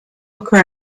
occur